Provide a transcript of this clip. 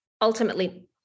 ultimately